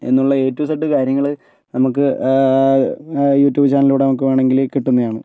എന്നുള്ള A to Z കാര്യങ്ങൾ നമുക്ക് യൂട്യൂബ് ചാനലിലൂടെ നമുക്ക് വേണമെങ്കിൽ കിട്ടുന്നതാണ്